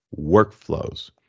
workflows